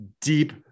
deep